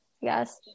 Yes